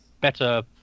better